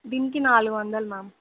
దీనికి నాలుగు వందలు మ్యామ్